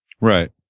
Right